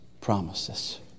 promises